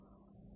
तर 80